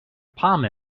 palm